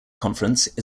conference